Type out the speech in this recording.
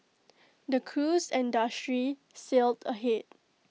the cruise industry sailed ahead